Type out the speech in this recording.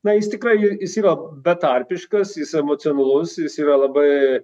na jis tikrai jis yra betarpiškas jis emocionalus ir jis yra labai